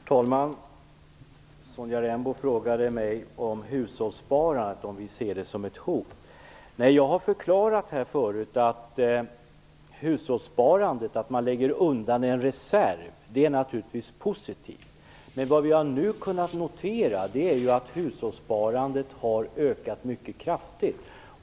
Herr talman! Sonja Rembo frågade om vi ser hushållssparandet som ett hot. Jag har tidigare förklarat att hushållssparandet, att hushållen lägger undan en reserv, naturligtvis är positivt. Vad vi nu har kunnat notera är emellertid att hushållssparandet har ökat mycket kraftigt.